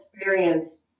experienced